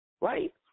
Right